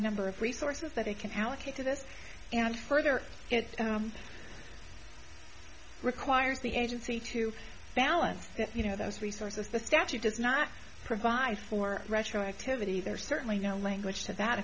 number of resources that they can allocate to this and further it's requires the agency to balance you know those resources the statute does not provide for retroactivity there's certainly no language to that